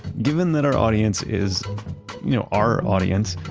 given that our audience is you know, our audience,